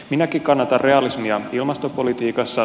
minäkin kannatan realismia ilmastopolitiikassa